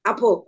Apo